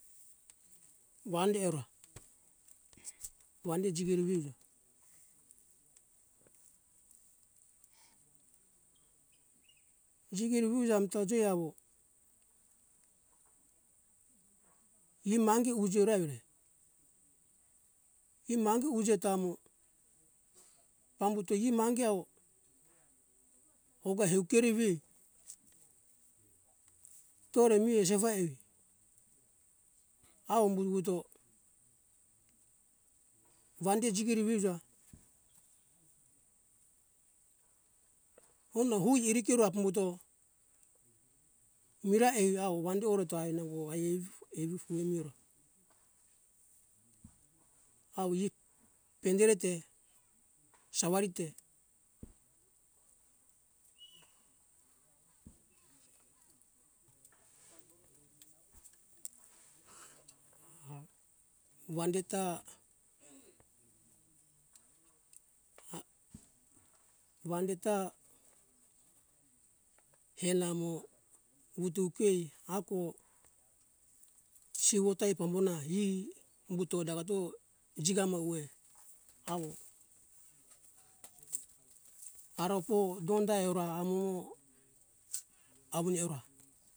Wande eora wande jigeru euja jigeru euja amta joi awo e mangi euja evire e mangi euja tamo pambuto e mangi awo pouga hei keri vei tore mi jeva evi awo umbo wuwuto wande jigeri veuja hona hoi irikero apambuto vira ai awo wande oreto ai nango aif evifu miora awo ip pendere te sawari te wande ta a wande ta henamo wutu kei ako siwo ta ai pambona e umbuto dawato jigama uwe awo arako donda eora amo mo awun eora